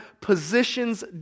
positions